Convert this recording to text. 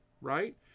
right